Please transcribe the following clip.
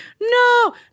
no